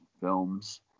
films